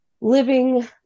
living